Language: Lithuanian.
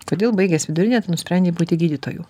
kodėl baigęs vidurinę tu nusprendei būti gydytoju